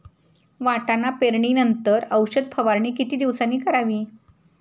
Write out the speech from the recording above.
वाटाणा पेरणी नंतर औषध फवारणी किती दिवसांनी करावी?